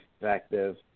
effective